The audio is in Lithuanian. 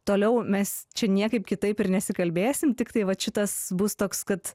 toliau mes čia niekaip kitaip ir nesikalbėsim tiktai vat šitas bus toks kad